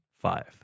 five